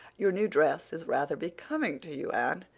your new dress is rather becoming to you, anne.